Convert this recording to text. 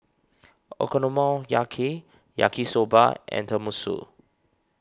Okonomiyaki Yaki Soba and Tenmusu